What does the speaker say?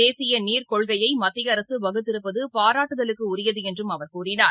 தேசியநீர் கொள்கையமத்தியஅரசுவகுத்திருப்பதுபாராட்டுதலுக்குரியதுஎன்றும் அவர் கூறினார்